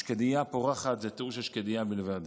השקדייה פורחת זה תיאור של שקדייה בלבד,